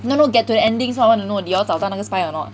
你还没有 get to the ending hor so did you all 找到那个 spy or not